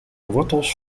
wortels